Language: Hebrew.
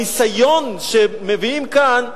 הניסיון שמביאים כאן,